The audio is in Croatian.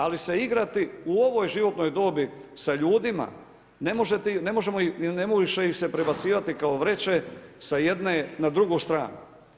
Ali se igrati u ovoj životnoj dobi sa ljudima, ne može ih se prebacivati kao vreće sa jedne na drugu stranu.